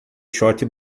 short